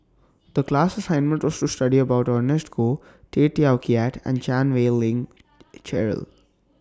The class assignment was to study about Ernest Goh Tay Teow Kiat and Chan Wei Ling Cheryl